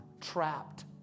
trapped